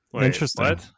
Interesting